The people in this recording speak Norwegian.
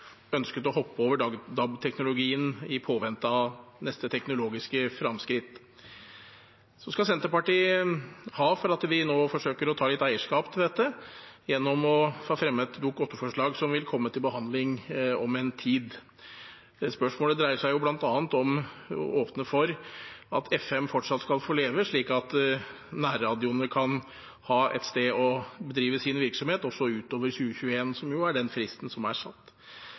ønsket å hoppe over DAB-teknologien, i påvente av neste teknologiske fremskritt. Senterpartiet skal ha for at de nå forsøker å ta litt eierskap til dette, gjennom å ha fremmet et Dokument 8-forslag som vil komme til behandling om en tid. Spørsmålet dreier seg bl.a. om å åpne for at FM fortsatt skal få leve, slik at nærradioene kan ha et sted å bedrive sin virksomhet også utover 2021, som er den fristen som er satt.